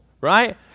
right